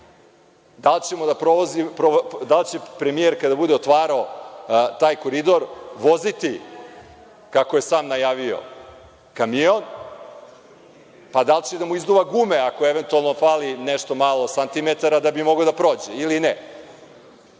Da li će premijer, kada bude otvarao taj Koridor, voziti, kako je sam najavio, kamion, pa da li će da mu izduva gume ako eventualno fali nešto malo santimetara da bi mogao da prođe, ili